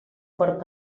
fort